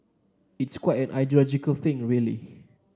it's quite an ideological thing really